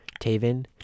Taven